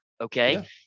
Okay